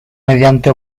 mediante